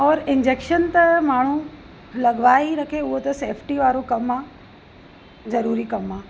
और इंजैक्शन त माण्हू लगवाए ई रखे उहो त सेफ्टी वारो कमु आहे ज़रूरी कमु आहे